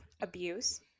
abuse